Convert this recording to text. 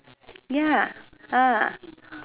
ya